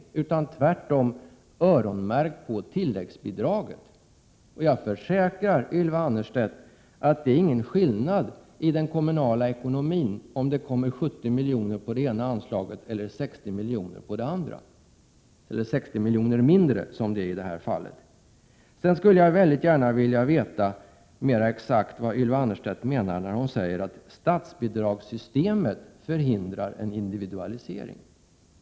Tvärtom rör det sig om att öronmärka pengar från tilläggsbidraget. Jag försäkrar Ylva Annerstedt att det inte gör någon skillnad i den kommunala ekonomin om det kommer 70 miljoner på det ena anslaget eller 60 miljoner på det andra. I det här fallet var det fråga om att det skulle komma 60 miljoner mindre. Jag skulle gärna vilja veta mer exakt vad Ylva Annerstedt menar när hon säger att statsbidragssystemet förhindrar en individualisering.